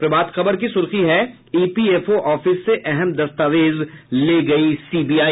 प्रभात खबर की सुर्खी है इपीएफओ ऑफिस से अहम दस्तावेज ले गयी सीबीआई